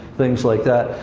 things like that.